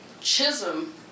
Chisholm